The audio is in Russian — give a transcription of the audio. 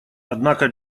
однако